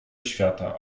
świata